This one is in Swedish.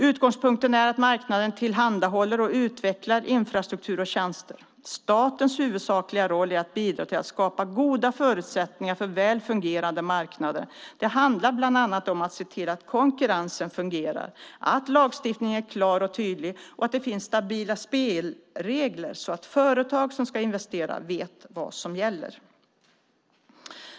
Utgångspunkten är att marknaden tillhandahåller och utvecklar infrastruktur och tjänster. Statens huvudsakliga roll är att bidra till att skapa goda förutsättningar för väl fungerande marknader. Det handlar bland annat om att se till att konkurrensen fungerar, att lagstiftningen är klar och tydlig och att det finns stabila spelregler så att företag som ska investera vet vad som gäller.